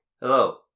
Hello